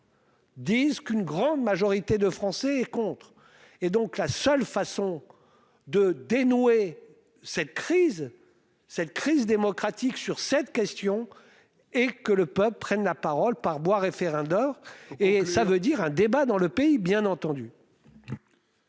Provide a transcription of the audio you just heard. Disent qu'une grande majorité de Français contre et donc la seule façon de dénouer cette crise. Cette crise démocratique sur cette question et que le peuple prenne la parole par voie référendaire. Et ça veut dire un débat dans le pays bien entendu.